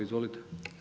Izvolite.